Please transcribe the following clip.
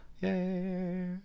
Yay